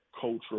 cultural